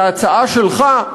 ההצעה שלך,